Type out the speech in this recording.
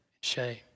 Shame